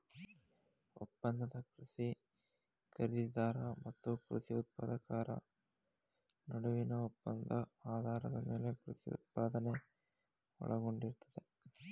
ಒಪ್ಪಂದದ ಕೃಷಿ ಖರೀದಿದಾರ ಮತ್ತು ಕೃಷಿ ಉತ್ಪಾದಕರ ನಡುವಿನ ಒಪ್ಪಂದ ಆಧಾರದ ಮೇಲೆ ಕೃಷಿ ಉತ್ಪಾದನೆ ಒಳಗೊಂಡಿರ್ತದೆ